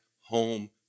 home